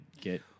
get